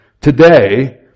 Today